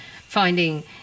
finding